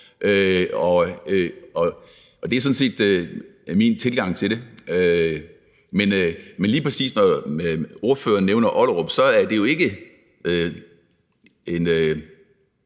Det er sådan set min tilgang til det. Men lige præcis, når ordføreren nævner Ollerup, er det jo ikke en